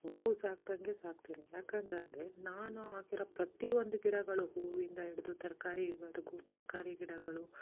ಮಗು ಸಾಕ್ದಂತೆ ಸಾಕ್ತೀನಿ ಯಾಕೆಂದ್ರೆ ಅಲ್ಲಿ ನಾನು ಹಾಕಿರೊ ಪ್ರತಿಯೊಂದು ಗಿಡಗಳು ಹೂವಿಂದ ಹಿಡಿದು ತರಕಾರಿವರ್ಗು ತರಕಾರಿ ಗಿಡಗಳು